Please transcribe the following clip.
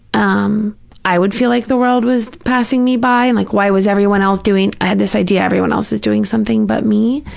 um i would feel like the world was passing me by and like why was everyone else doing, i had this idea everyone else was doing something but me,